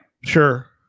Sure